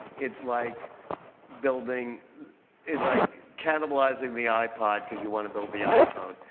it's like building it's like cannibalizing the ipod because you want to build the iphone.